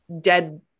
dead